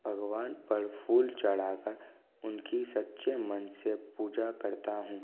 भगवान पर फूल चढ़ाकर उनकी सच्चे मन से पूजा करता हूँ